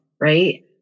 right